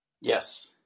Yes